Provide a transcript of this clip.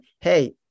hey